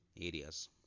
areas